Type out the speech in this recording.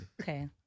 Okay